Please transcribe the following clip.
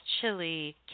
chili